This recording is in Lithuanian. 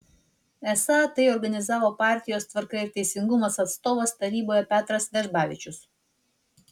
esą tai organizavo partijos tvarka ir teisingumas atstovas taryboje petras vežbavičius